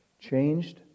changed